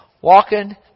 walking